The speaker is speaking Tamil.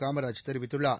காமராஜ் தெரிவித்துள்ளார்